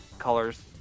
colors